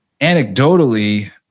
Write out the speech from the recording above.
anecdotally